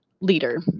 leader